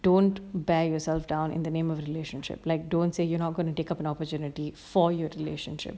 don't bear yourself down in the name of relationship like don't say you're not going to take up an opportunity for your relationship